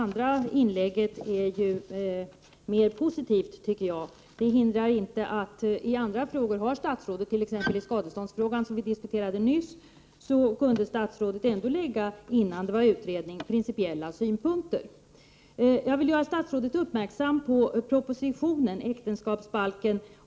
SJ:s verkstad i Östersund är unik. Där finns all den kapacitet som behövs för att underhålla lok, personoch godsvagnar, draginrättningar, m.m.